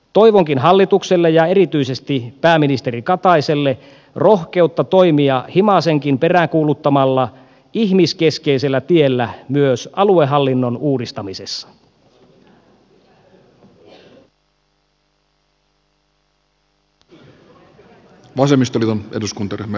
toivonkin hallitukselle ja erityisesti pää ministeri kataiselle rohkeutta toimia himasenkin peräänkuuluttamalla ihmiskeskeisellä tiellä myös aluehallinnon uudistuksissa